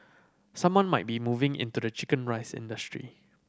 someone might be moving into the chicken rice industry